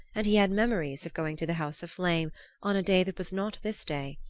and he had memories of going to the house of flame on a day that was not this day,